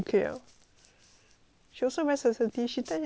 she also very sensitive she touch will